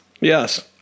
Yes